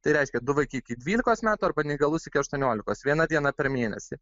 tai reiškia du vaikai iki dvylikos metų arba neįgalus iki aštuoniolikos viena diena per mėnesį